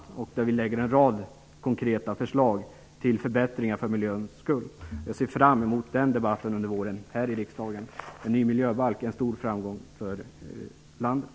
I förslaget föreslår vi en rad konkreta förbättringar för miljön. Jag ser fram emot den debatten under våren här i riksdagen. En ny miljöbalk är en stor framgång för landet.